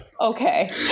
Okay